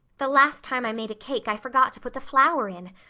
the last time i made a cake i forgot to put the flour in.